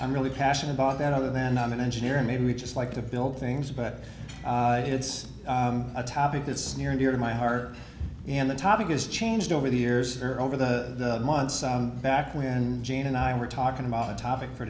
i'm really passionate about that other than i'm an engineer and maybe we just like to build things but it's a topic that's near and dear to my heart and the topic is changed over the years or over the months back when jane and i were talking about a topic for